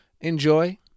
enjoy